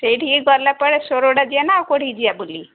ସେଇଠିକି ଗଲାପରେ ସୋରଡ଼ା ଯିବା ନା ଆଉ କେଉଁଠିକି ଯିବା ବୁଲି